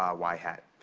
ah y hat.